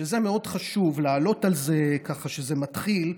מאוד חשוב לעלות על זה כשזה מתחיל,